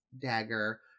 dagger